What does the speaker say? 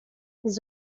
les